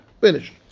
finish